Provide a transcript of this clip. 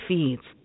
Feeds